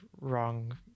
wrong